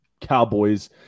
Cowboys